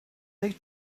they